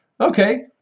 Okay